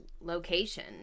location